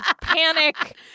panic